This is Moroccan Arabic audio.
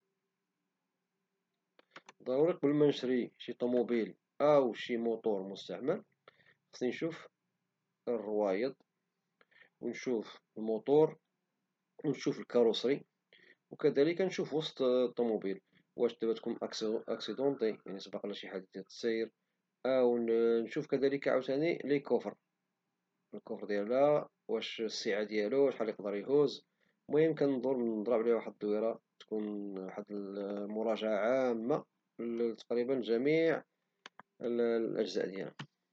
ضروري قبل منشري شي طوموبيل أو شي موطور مستعمل خصني نشوف الروايدونشوف الموطور ونشوف الكاروسري وكذلك نشوف وسط الطوموبيل واش دابا تكون أكسيدونتي، يعني سبقلها شي حادثة سير، وكذلك كنشوف عوتاني لي كوفر ديالها واش السعة ديالو وشحال يقدر يهز ، المهم كنضرب عليها واحد الدويرة تكون واحد المراجعة عامة لتقريبا جميع الأجزاء